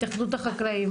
יושב ראש התאחדות החקלאים.